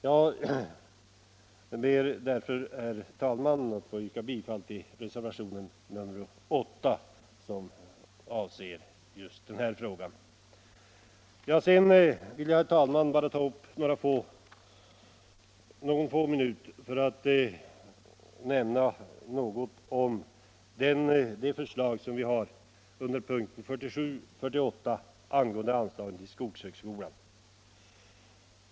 Jag ber därför, herr talman, att få yrka bifall till reservationen 8, som avser just denna fråga. Sedan vill jag, herr talman, ta några få minuter i anspråk för att nämna något om de förslag som vi har avgivit under punkterna 47 och 48 angående anslagen till skogshögskolan.